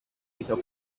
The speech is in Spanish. hizo